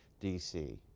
d c.